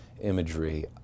imagery